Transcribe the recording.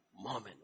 moment